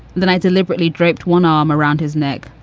then i deliberately draped one arm around his neck,